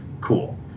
Cool